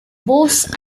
bose